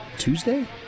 Tuesday